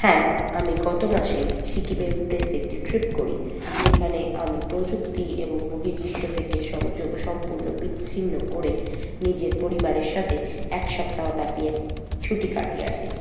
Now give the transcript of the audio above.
হ্যাঁ আমি গত মাসেই সিকিমের উদ্দেশ্যে একটি ট্রিপ করি যেখানে আমি প্রযুক্তি এবং বহির্বিশ্ব থেকে সংযোগ সম্পূর্ণ বিচ্ছিন্ন করে নিজের পরিবারের সাথে এক সপ্তাহব্যাপী ছুটি কাটিয়ে আসি